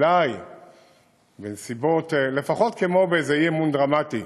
אולי לפחות כמו באי-אמון דרמטי